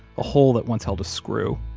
a hole that once held a screw.